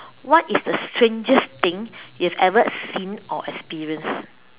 what is the strangest thing you have ever seen or experienced